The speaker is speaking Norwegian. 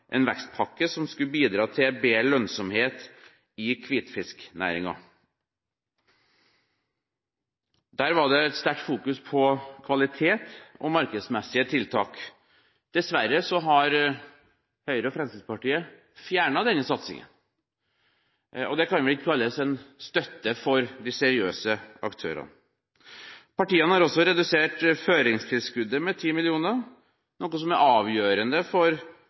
en vekstpakke som skulle bidra til bedre lønnsomhet i hvitfisknæringen. Der var det et sterkt fokus på kvalitet og markedsmessige tiltak. Dessverre har Høyre og Fremskrittspartiet fjernet denne satsingen, og det kan vel ikke kalles en støtte for de seriøse aktørene. Partiene har også redusert føringstilskuddet med 10 mill. kr, noe som er avgjørende for